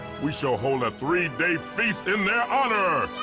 we shall hold a three-day feast in their honor!